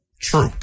True